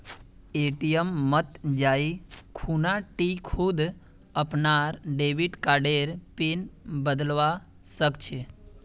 ATM मत जाइ खूना टी खुद अपनार डेबिट कार्डर पिन बदलवा सख छि